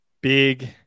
Big